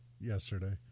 yesterday